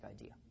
idea